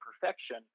perfection